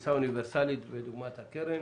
הפריסה האוניברסאלית כדוגמת הקרן.